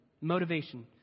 motivation